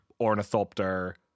Ornithopter